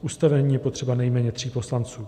K ustavení je potřeba nejméně tří poslanců.